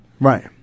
Right